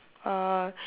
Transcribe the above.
uh